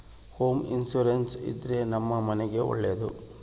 home insurance ಇದ್ರೆ ನಮ್ ಮನೆಗ್ ಒಳ್ಳೇದು